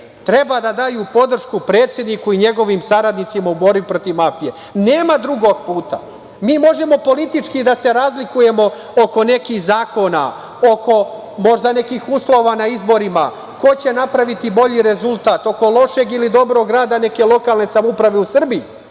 treba da daju podršku predsedniku i njegovim saradnicima u borbi protiv mafije. Nema drugog puta. Mi možemo politički da se razlikujemo oko nekih zakona, oko možda nekih uslova na izborima, ko će napraviti bolji rezultat, oko lošeg ili dobrog rada neke lokalne samouprave u Srbiji,